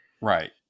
right